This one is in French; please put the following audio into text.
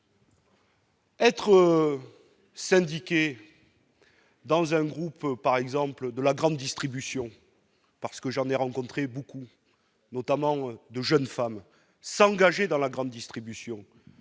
être syndiqué dans un groupe par exemple de la grande distribution, parce que j'en ai rencontré beaucoup, notamment de jeunes femmes s'engager dans la grande distribution,